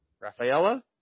Rafaela